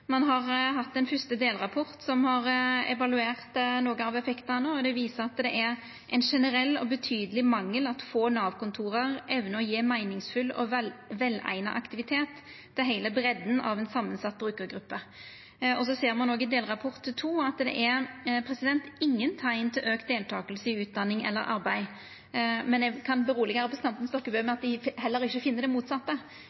Ein har fått ein første delrapport, som har evaluert nokre av effektane, og han viser at det er ein generell og betydeleg mangel at få Nav-kontor evnar å gje meiningsfull og veleigna aktivitet til heile breidda av ei samansett brukargruppe. Ein ser òg i delrapport II at det er ingen teikn til auka deltaking i utdanning eller arbeid, men eg kan tryggja representanten Stokkebø med